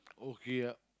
okay ah